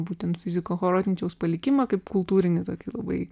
būtent fiziko horodničiaus palikimą kaip kultūrinį tokį labai